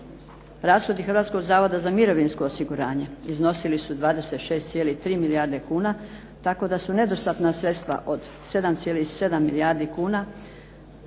Rashodi Hrvatskog zavoda za mirovinsko osiguranje iznosili su 26,3 milijarde kuna, tako da su nedostatna sredstva od 7,7 milijardi kuna